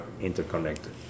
interconnected